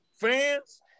fans